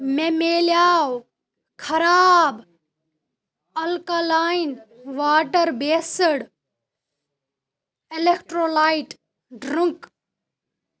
مےٚ مِلیو خراب alkaline water based electrolyte drink